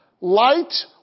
Light